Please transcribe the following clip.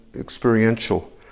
experiential